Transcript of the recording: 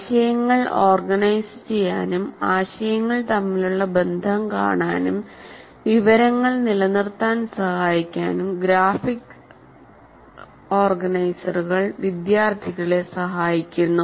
ആശയങ്ങൾ ഓർഗനൈസുചെയ്യാനും ആശയങ്ങൾ തമ്മിലുള്ള ബന്ധം കാണാനും വിവരങ്ങൾ നിലനിർത്താൻ സഹായിക്കാനും ഗ്രാഫിക് ഓർഗനൈസർ വിദ്യാർത്ഥികളെ സഹായിക്കുന്നു